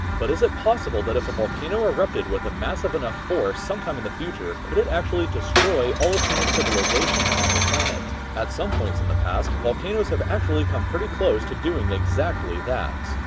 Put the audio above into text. but is it possible that if a volcano erupted with a massive enough force sometime in the future could actually destroy all of human civilization on the planet? at some point in the past, volcanoes have actually come pretty close to doing exactly that.